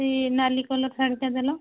ସେଇ ନାଲି କଲର୍ ଶାଢ଼ୀଟା ଦେଲ